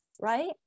right